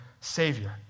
Savior